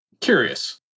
curious